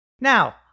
Now-